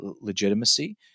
legitimacy